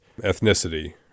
ethnicity